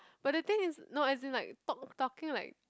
but the thing is no as in like talk talking like